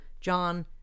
John